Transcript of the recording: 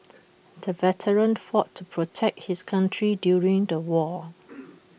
the veteran fought to protect his country during the war